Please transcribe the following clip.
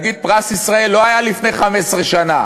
להגיד: פרס ישראל לא היה לפני 15 שנה.